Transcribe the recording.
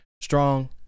strong